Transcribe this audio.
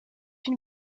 une